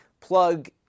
plug